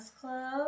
club